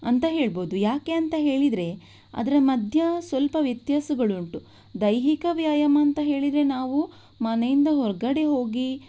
ಅಂತ ಹೇಳಬಹುದು ಯಾಕೆ ಅಂತ ಹೇಳಿದರೆ ಅದರ ಮಧ್ಯೆ ಸ್ವಲ್ಪ ವ್ಯತ್ಯಾಸಗಳುಂಟು ದೈಹಿಕ ವ್ಯಾಯಾಮ ಅಂತ ಹೇಳಿದರೆ ನಾವು ಮನೆಯಿಂದ ಹೊರಗಡೆ ಹೋಗಿ